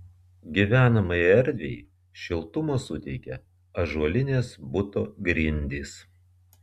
gyvenamajai erdvei šiltumo suteikia ąžuolinės buto grindys